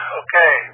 okay